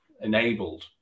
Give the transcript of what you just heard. enabled